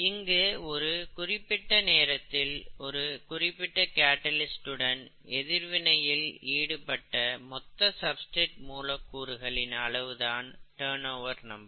இங்கு ஒரு குறிப்பிட்ட நேரத்தில் ஒரு குறிப்பிட்ட கேட்டலிஸ்ட்டுடன் எதிர்வினையில் ஈடுபட்ட மொத்த சப்ஸ்டிரேட் மூலக்கூறுகளின் அளவு தான் டர்ன் ஓவர் நம்பர்